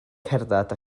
cerdded